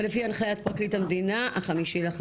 לפי הנחיית פרקליט המדינה מה-5.5.19,